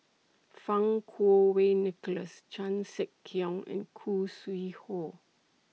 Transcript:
Fang Kuo Wei Nicholas Chan Sek Keong and Khoo Sui Hoe